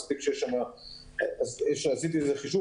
עשיתי חישוב